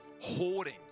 hoarding